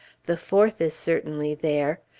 the fourth is certainly there.